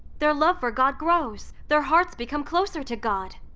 their love for god grows, their hearts become closer to god.